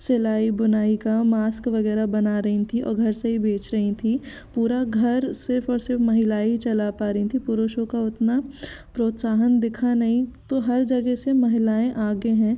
सिलाई बुनाई का मास्क वग़ैरह बना रहीं थी और घर से ही बेच रहीं थी पूरा घर सिर्फ़ और सिर्फ़ महिलाएँ ही चला पा रहीं थी पुरुषों का उतना प्रोत्साहन दिखा नहीं तो हर जगह से महिलाऍं आगे हैं